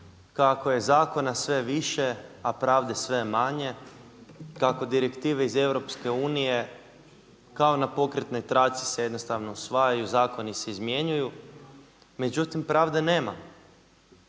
kako je zakona sve više, a pravde sve manje, kako direktive iz EU kao na pokretnoj traci se jednostavno usvajaju, zakoni se izmjenjuju, međutim pravde nema.